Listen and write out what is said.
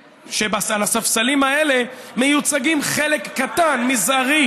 שבספסלים האלה מייצגים אותן חלק קטן ומזערי